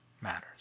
matters